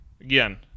again